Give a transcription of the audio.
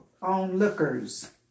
Onlookers